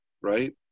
right